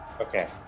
Okay